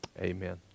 Amen